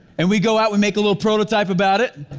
and we go out, we make a little prototype about it.